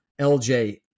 LJ